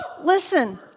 Listen